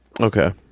Okay